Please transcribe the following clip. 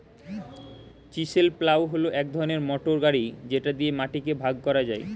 chisel plough হল এক ধরনের মোটর গাড়ি যেটা দিয়ে মাটিকে ভাগ করা যায়